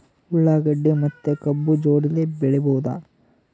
ಉಳ್ಳಾಗಡ್ಡಿ ಮತ್ತೆ ಕಬ್ಬು ಜೋಡಿಲೆ ಬೆಳಿ ಬಹುದಾ?